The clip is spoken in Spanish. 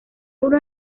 uno